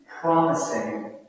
promising